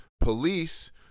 police